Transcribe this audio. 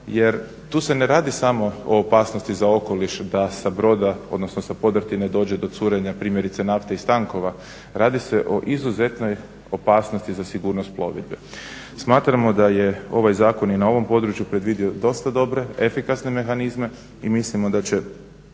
Jer tu se ne radi samo o opasnosti za okoliš da sa broda, odnosno sa podrtine dođe do curenja primjerice nafte iz tankova, radi se o izuzetnoj opasnosti za sigurnost plovidbe. Smatramo da je ovaj zakon i na ovom području predvidio dosta dobre, efikasne mehanizme i mislimo da će